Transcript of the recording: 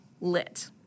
lit